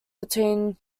between